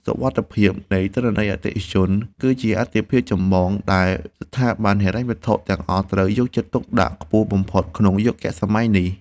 សុវត្ថិភាពនៃទិន្នន័យអតិថិជន គឺជាអាទិភាពចម្បងដែលស្ថាប័នហិរញ្ញវត្ថុទាំងអស់ត្រូវយកចិត្តទុកដាក់ខ្ពស់បំផុតក្នុងយុគសម័យនេះ។